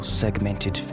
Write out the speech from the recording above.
segmented